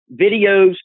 videos